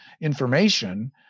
information